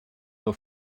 nos